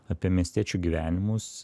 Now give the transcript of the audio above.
apie miestiečių gyvenimus